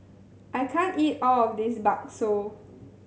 I can't eat all of this Bakso